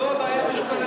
זו הבעיה בשוק הנדל"ן,